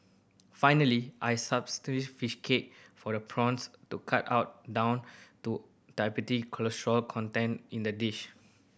finally I substitute fish cake for the prawns to cut out down to cholesterol content in the dish